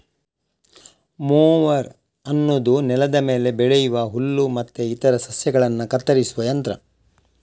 mower ಅನ್ನುದು ನೆಲದ ಮೇಲೆ ಬೆಳೆಯುವ ಹುಲ್ಲು ಮತ್ತೆ ಇತರ ಸಸ್ಯಗಳನ್ನ ಕತ್ತರಿಸುವ ಯಂತ್ರ